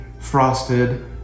frosted